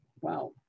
Wow